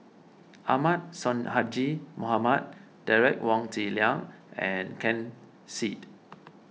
Ahmad Sonhadji Mohamad Derek Wong Zi Liang and Ken Seet